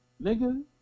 Nigga